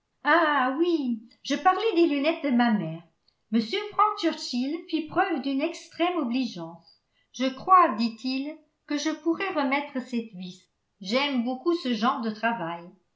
ah oui je parlais des lunettes de ma mère m frank churchill fit preuve d'une extrême obligeance je crois dit-il que je pourrais remettre cette vis j'aime beaucoup ce genre de travail